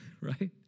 right